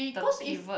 the pivot